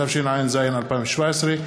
התשע"ז 2017,